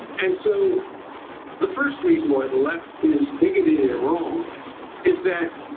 and so the first reason why the left is bigoted and wrong is that